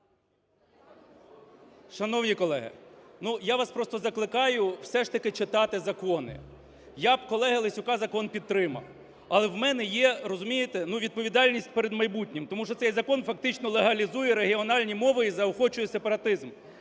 Шановні колеги! Я вас просто закликаю все ж таки читати закони. Я б колеги Лесюка закон підтримав, але в мене є, розумієте, відповідальність перед майбутнім, тому що цей закон фактично легалізує регіональні мови і заохочує сепаратизм.